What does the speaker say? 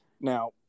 Now